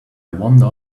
wonder